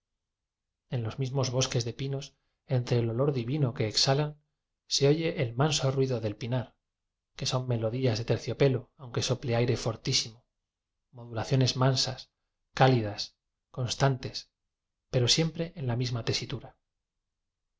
en los mismos bosques de pinos entre el olor divino que exalan se oye el manso ruido del pinar que son melodías de tercio pelo aunque sople aire tortísimo modula ciones mansas cálidas constantes pero siempre en la misma texitura eso es